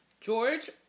George